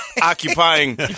occupying